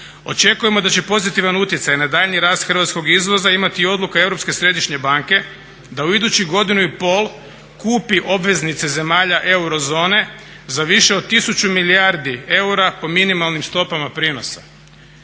Očekujemo da će pozitivan utjecaj na daljnji rast hrvatskog izvoza imati odluka Europske središnje banke da u idućih godinu i pol kupi obveznice zemalja eurozone za više od tisuću milijardi eura po minimalnim stopama prijenosa,